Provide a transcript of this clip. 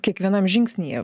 kiekvienam žingsnyje